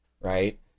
right